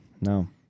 No